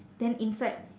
then inside